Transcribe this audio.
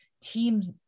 teams